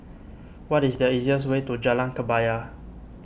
what is the easiest way to Jalan Kebaya